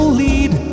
lead